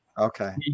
okay